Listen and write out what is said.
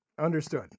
Understood